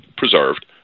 preserved